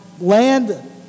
land